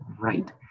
right